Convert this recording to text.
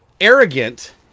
arrogant